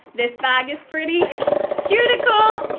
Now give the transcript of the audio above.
this bag is pretty cute ical,